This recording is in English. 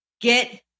get